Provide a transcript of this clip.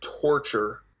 torture